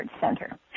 center